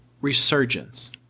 Resurgence